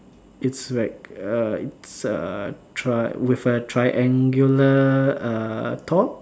it's like uh it's a tri~ with a triangular err top